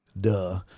Duh